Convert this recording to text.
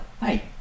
hi